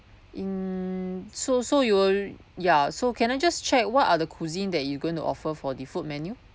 mm so so you will ya so can I just check what are the cuisine that you going to offer for the food menu